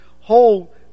whole